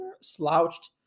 slouched